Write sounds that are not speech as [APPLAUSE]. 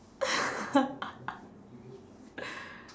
[LAUGHS]